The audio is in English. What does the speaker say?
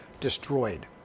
destroyed